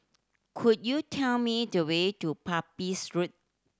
could you tell me the way to Pepys Road